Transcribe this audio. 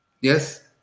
Yes